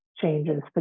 changes